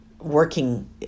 working